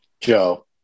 Joe